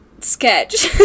sketch